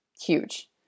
Huge